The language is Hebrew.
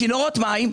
צינורות מים,